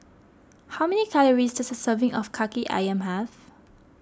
how many calories does a serving of Kaki Ayam have